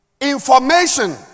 Information